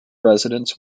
residents